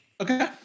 Okay